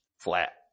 flat